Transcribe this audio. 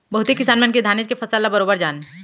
बहुते किसान मन के धानेच के फसल ल बरोबर जान